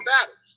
battles